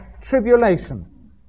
tribulation